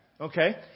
Okay